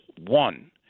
One